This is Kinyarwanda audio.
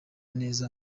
neza